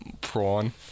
prawn